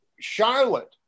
Charlotte